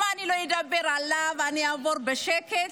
אם אני לא אדבר עליו, אני אעבור בשקט,